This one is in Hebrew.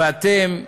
ואתם,